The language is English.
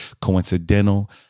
coincidental